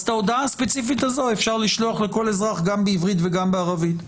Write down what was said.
אז את ההודעה הספציפית הזאת אפשר לשלוח לכול אזרח גם בעברית וגם בערבית.